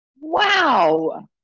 Wow